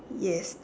yes